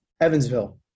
Evansville